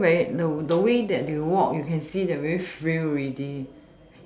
they still very the the way that you walk you can see they very frail already